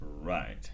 Right